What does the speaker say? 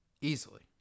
Easily